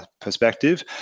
perspective